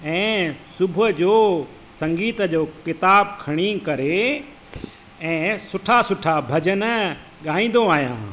ऐ सुबुह जो संगीत जो क़िताबु खणी करे ऐं सुठा सुठा भजन ॻाइंदो आहियां